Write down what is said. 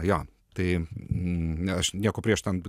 jo tai ne aš nieko prieš ten